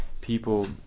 people